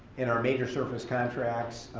and our major service contracts,